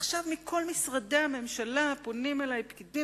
עכשיו מכל משרדי הממשלה פונים אלי פקידים